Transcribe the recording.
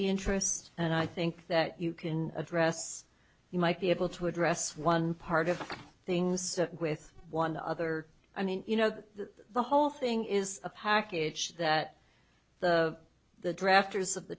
the interest and i think that you can address you might be able to address one part of things with one other i mean you know that the whole thing is a package that the the drafters of the